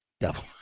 devil